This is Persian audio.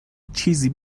چیزی